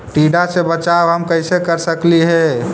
टीडा से बचाव हम कैसे कर सकली हे?